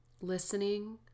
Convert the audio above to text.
listening